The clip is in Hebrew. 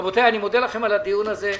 רבותיי, אני מודה לכם על הדיון הזה.